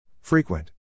Frequent